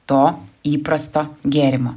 to įprasto gėrimo